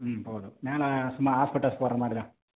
ம் போதும் மேலே சும்மா ஹாஸ்பெட்டாஸ் போடுற மாதிரி தான்